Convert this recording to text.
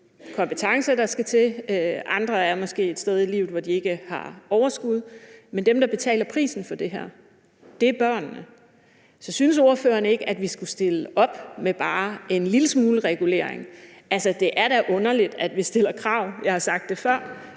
kompetencer, der skal til; andre er måske et sted i livet, hvor de ikke har overskud. Men dem, der betaler prisen for det her, er børnene. Så synes ordføreren ikke, at vi skulle komme med bare en lille smule regulering? Altså, det er da underligt, at vi stiller krav – jeg har sagt det før